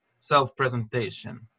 self-presentation